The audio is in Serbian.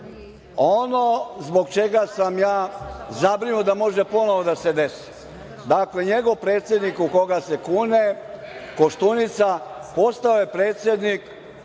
ono zbog čega sam ja zabrinut da može ponovo da se desi. Dakle, njegov predsednik u koga se kune, Koštunica, postao je predsednik,